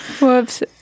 Whoops